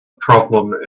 problem